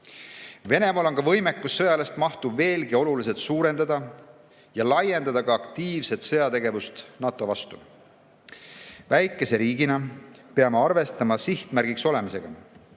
Venemaal on võime sõjalist mahtu veelgi oluliselt suurendada ja laiendada aktiivset sõjategevust NATO vastu. Väikese riigina peame arvestama sihtmärgiks olemisega.